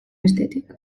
bestetik